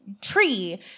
tree